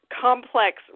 complex